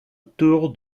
tour